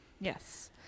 Yes